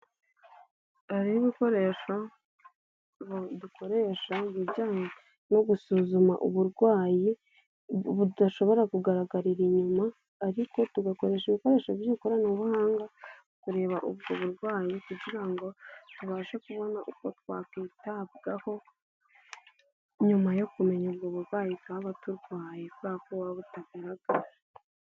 Hariho ibikoresho dukoresha mu bijyanye no gusuzuma uburwayi ,budashobora kugaragarira inyuma ariko tugakoresha ibikoresho by'ikoranabuhanga, kureba ubwo burwayi kugira ngo tubashe kubona uko twakwitabwaho, nyuma yo kumenya ubwo burwayi twaba turwaye, kubera ko buba butagaragara.